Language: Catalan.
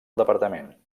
departament